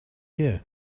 here